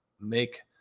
make